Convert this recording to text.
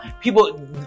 People